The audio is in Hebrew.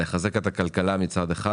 לחזק את הכלכלה מצד אחד,